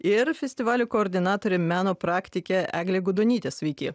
ir festivalio koordinatorė meno praktikė eglė gudonytė sveiki